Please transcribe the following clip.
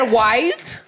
white